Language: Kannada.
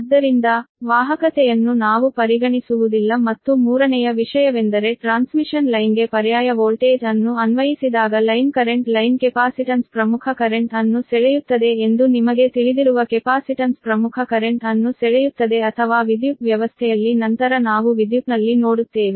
ಆದ್ದರಿಂದ ವಾಹಕತೆಯನ್ನು ನಾವು ಪರಿಗಣಿಸುವುದಿಲ್ಲ ಮತ್ತು ಮೂರನೆಯ ವಿಷಯವೆಂದರೆ ಟ್ರಾನ್ಸ್ಮಿಷನ್ ಲೈನ್ಗೆ ಪರ್ಯಾಯ ವೋಲ್ಟೇಜ್ ಅನ್ನು ಅನ್ವಯಿಸಿದಾಗ line current line capacitance leading current ನ್ನು ಸೆಳೆಯುತ್ತದೆ ಎಂದು ನಿಮಗೆ ತಿಳಿದಿರುವ ಕೆಪಾಸಿಟನ್ಸ್ ಪ್ರಮುಖ ಕರೆಂಟ್ ಅನ್ನು ಸೆಳೆಯುತ್ತದೆ ಅಥವಾ ವಿದ್ಯುತ್ ವ್ಯವಸ್ಥೆಯಲ್ಲಿ ನಂತರ ನಾವು ವಿದ್ಯುತ್ನಲ್ಲಿ ನೋಡುತ್ತೇವೆ